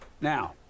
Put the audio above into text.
Now